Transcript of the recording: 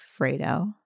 Fredo